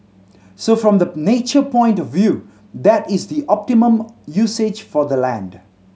so from the nature point of view that is the optimum usage for the land